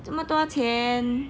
这么多钱